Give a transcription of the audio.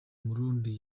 murundi